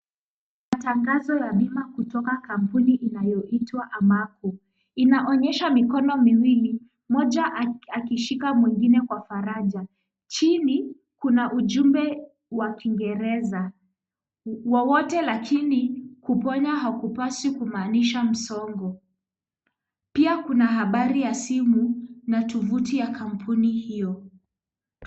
Matangazo ya bima kutoka kampuni inayoitwa Armco inaonyesha mikono miwili moja akishika mwingine kwa faraja, chini kuna ujumbe wa kiingereza wowote lakini kuponya hakupaswi kumanisha msongo, pia kuna habari ya simu na tovuti ya kampuni hiyo.